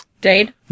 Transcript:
Dade